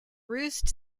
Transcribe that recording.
roost